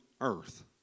earth